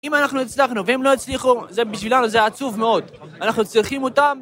אם אנחנו הצלחנו והם לא הצליחו, זה בשבילנו, זה עצוב מאוד, אנחנו צריכים אותם